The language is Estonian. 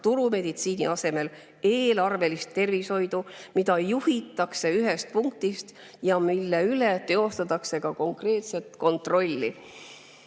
turumeditsiini asemel eelarvelist tervishoidu, mida juhitakse ühest punktist ja mille üle teostatakse ka konkreetset kontrolli.